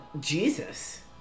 Jesus